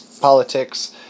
politics